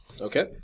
Okay